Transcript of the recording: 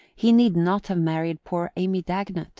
he need not have married poor amy dagonet,